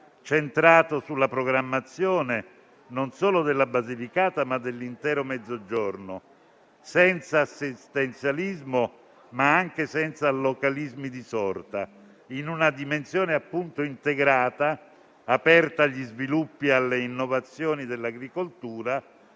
centrato sulla programmazione non solo della Basilicata, ma dell'intero Mezzogiorno, senza assistenzialismo, ma anche senza localismi di sorta; in una dimensione integrata aperta agli sviluppi e alle innovazioni dell'agricoltura,